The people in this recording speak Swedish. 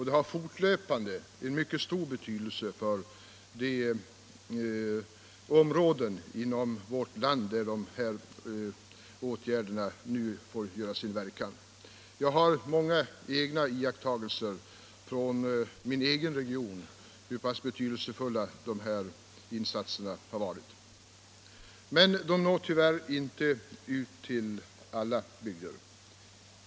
De har fortlöpande en mycket stor betydelse för de områden inom vårt land där de nu får göra sin verkan. Jag har i min egen region gjort många iakttagelser av hur betydelsefulla dessa insatser varit. Men de når tyvärr inte ut till alla bygder.